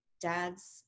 dad's